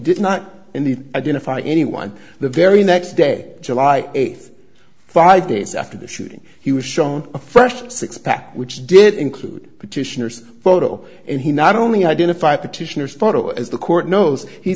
did not in the identify anyone the very next day july eighth five days after the shooting he was shown a fresh six pack which did include petitioner's photo and he not only identified petitioner's photo as the court knows he